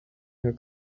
her